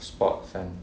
sports fan